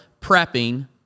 prepping